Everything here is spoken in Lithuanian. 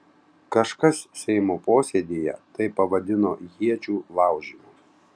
kažkas seimo posėdyje tai pavadino iečių laužymu